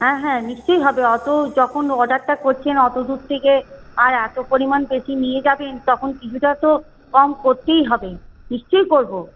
হ্যাঁ হ্যাঁ নিশ্চয় হবে অতো যখন অর্ডারটা করছেন অতদূর থেকে আর এতো পরিমাণ বেশি নিয়ে যাবেন তখন কিছুটা তো কম করতেই হবে নিশ্চয়ই করবো